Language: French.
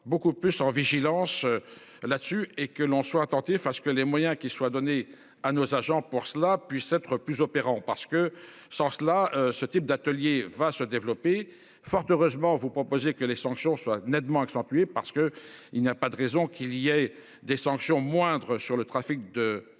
beaucoup plus en vigilance là dessus et que l'on soit attentif à ce que les moyens qui soient donnés à nos agents pour cela puisse être plus opérant parce que sans cela. Ce type d'atelier va se développer. Fort heureusement, vous proposez que les sanctions soient nettement accentué parce que il n'a pas de raison qu'il y ait des sanctions moindres sur le trafic de